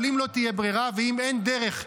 אבל אם לא תהיה ברירה, ואם אין דרך,